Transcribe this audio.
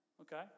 Okay